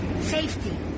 Safety